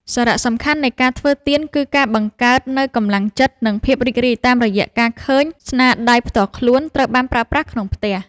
សារៈសំខាន់នៃការធ្វើទៀនគឺការបង្កើតនូវកម្លាំងចិត្ត និងភាពរីករាយតាមរយៈការឃើញស្នាដៃផ្ទាល់ខ្លួនត្រូវបានប្រើប្រាស់ក្នុងផ្ទះ។